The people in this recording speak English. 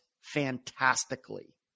fantastically